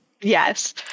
Yes